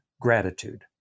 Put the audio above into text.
gratitude